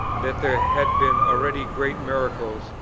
that there had been already great miracles,